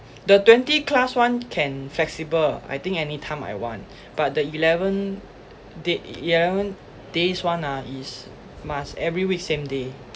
the twenty class one can flexible I think anytime I want but the eleven day eleven days one ah is must every week same day